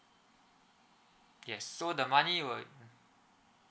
yes so the money would